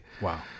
Wow